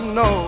no